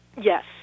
Yes